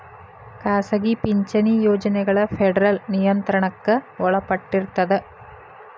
ಖಾಸಗಿ ಪಿಂಚಣಿ ಯೋಜನೆಗಳ ಫೆಡರಲ್ ನಿಯಂತ್ರಣಕ್ಕ ಒಳಪಟ್ಟಿರ್ತದ